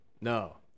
No